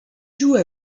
joue